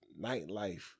Nightlife